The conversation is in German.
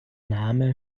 name